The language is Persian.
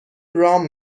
رام